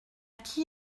qui